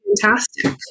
fantastic